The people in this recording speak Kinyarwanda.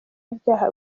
ibyaha